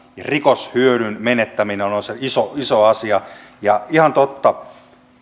rikoshyödyn menettäminen on iso iso asia ja ihan totta